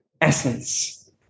essence